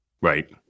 right